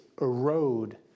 erode